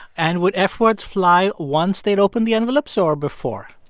and would f-words fly once they'd open the envelopes or before?